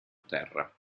terra